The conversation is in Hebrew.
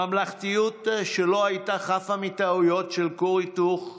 ממלכתיות שלא הייתה חפה מטעויות של כור היתוך ואלטלנה,